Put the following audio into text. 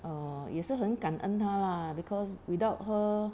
a'ah 也是很感恩他 lah because without her